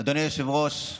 אדוני היושב-ראש,